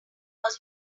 was